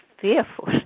fearful